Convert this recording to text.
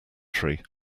tree